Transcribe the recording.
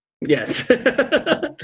Yes